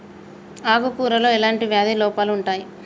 ఆకు కూరలో ఎలాంటి వ్యాధి లోపాలు ఉంటాయి?